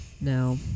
Now